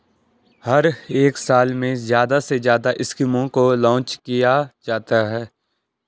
हर एक साल में ज्यादा से ज्यादा स्कीमों को लान्च किया जाता है